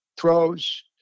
throws